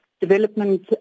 development